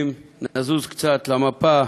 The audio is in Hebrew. אם נזוז קצת במפה: